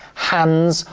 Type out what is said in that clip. hands,